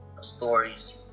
Stories